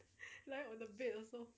lying on the bed also